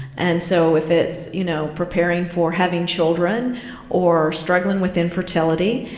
and so if it's, you know, preparing for having children or struggling with infertility,